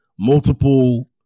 multiple